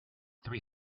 three